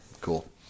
cool